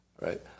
Right